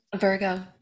virgo